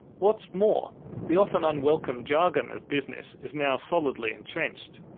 what's more the often unwelcome jargon of business is now solidly entrenched.